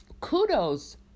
Kudos